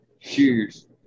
Cheers